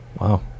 Wow